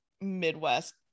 Midwest